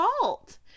fault